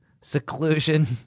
Seclusion